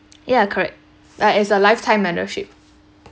ya correct like it's a lifetime membership